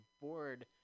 board